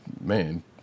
man